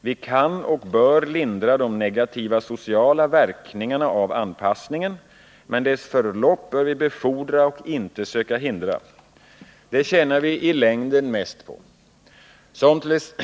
Vi kan och bör lindra de negativa sociala verkningarna av anpassningen, men dess förlopp bör vi befordra och inte söka hindra. Det tjänar vi i längden mest på.